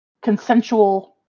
consensual